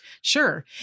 sure